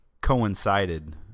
coincided